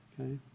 okay